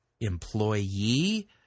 employee